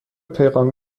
پیغام